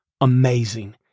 amazing